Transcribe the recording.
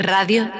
Radio